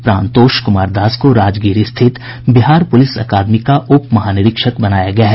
प्राणतोष कुमार दास को राजगीर स्थित Bihar police academy का उप महानिरीक्षक बनाया गया है